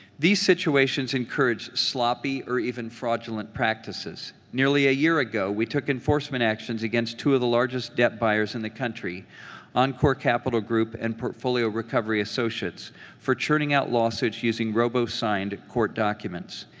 these situations encourage sloppy or even fraudulent practices. nearly a year ago, we took enforcement actions against two of the largest debt buyers in the country encore capital group and portfolio recovery associates for churning out lawsuits using robo-signed court documents.